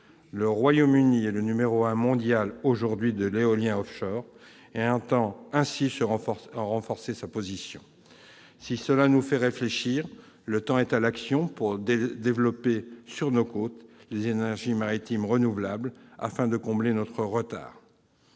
le Royaume-Uni est le numéro 1 mondial de l'éolien offshore. Il entend ainsi renforcer sa position. Certes, cela nous fait réfléchir, mais le temps est à l'action pour développer sur nos côtes les énergies maritimes renouvelables, afin de combler notre retard.